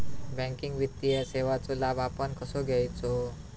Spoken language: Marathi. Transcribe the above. बँकिंग वित्तीय सेवाचो लाभ आपण कसो घेयाचो?